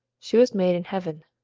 she was made in heaven,